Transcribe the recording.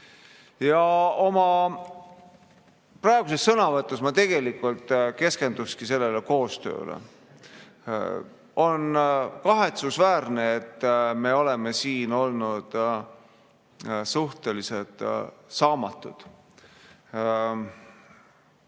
ja Leeduga. Oma sõnavõtus ma keskendungi sellele koostööle. On kahetsusväärne, et me oleme siin olnud suhteliselt saamatud.